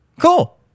Cool